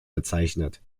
bezeichnet